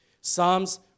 Psalms